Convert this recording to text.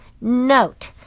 Note